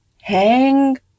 hang